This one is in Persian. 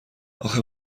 اخه